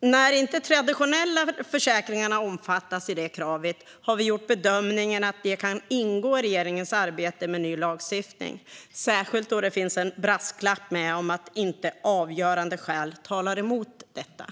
När inte de traditionella försäkringarna innefattas i det kravet har vi gjort bedömningen att det kan ingå i regeringens arbete med ny lagstiftning, särskilt som det finns en brasklapp om "att inte avgörande skäl talar mot detta".